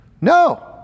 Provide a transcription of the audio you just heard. No